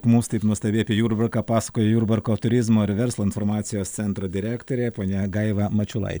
mums taip nuostabiai apie jurbarką pasakojo jurbarko turizmo ir verslo informacijos centro direktorė ponia gaiva mačiulai